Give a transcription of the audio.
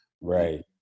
Right